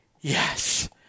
yes